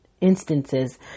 instances